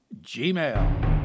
gmail